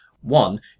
One